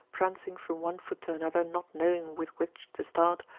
prancing from one foot to another not knowing with which to start,